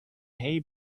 hay